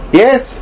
yes